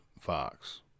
Fox